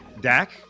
Dak